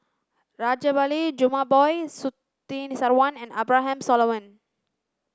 Rajabali Jumabhoy Surtini Sarwan and Abraham Solomon